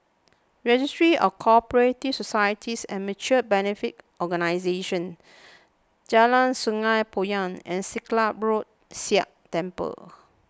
Registry of Co Operative Societies and Mutual Benefit Organisations Jalan Sungei Poyan and Silat Road Sikh Temple